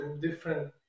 different